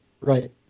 right